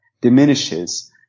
diminishes